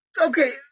Okay